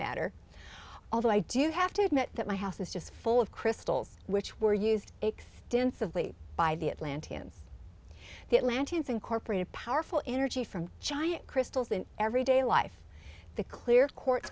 matter although i do have to admit that my house is just full of crystals which were used extensively by the atlanteans the atlanteans incorporated powerful energy from china crystals in every day life the clear court